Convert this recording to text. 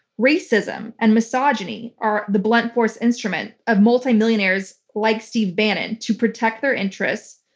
racism and misogyny are the blunt force instruments of multi-millionaires like steve bannon to protect their interests,